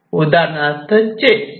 उदाहरणार्थ चेस